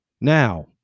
Now